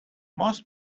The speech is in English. most